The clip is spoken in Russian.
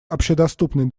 общедоступный